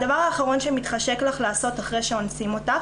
הדבר האחרון שמתחשק לך לעשות אחרי שאונסים אותך